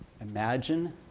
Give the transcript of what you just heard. Imagine